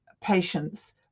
patients